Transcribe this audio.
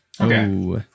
Okay